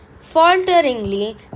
falteringly